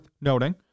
noting